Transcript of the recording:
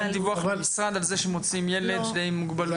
אין דיווח למשרד על זה שמוציאים ילד עם מוגבלויות?